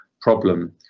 problem